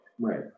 Right